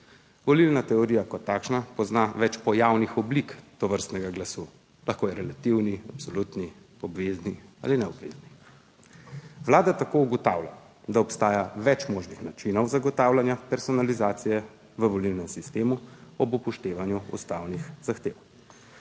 Volilna teorija kot takšna pozna več pojavnih oblik tovrstnega glasu, lahko je relativni, absolutni, obvezni ali neobvezni. Vlada tako ugotavlja, da obstaja več možnih načinov zagotavljanja personalizacije v volilnem sistemu ob upoštevanju ustavnih zahtev;